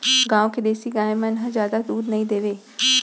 गॉँव के देसी गाय मन ह जादा दूद नइ देवय